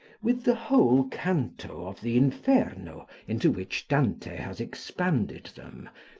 with the whole canto of the inferno, into which dante has expanded them,